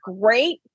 great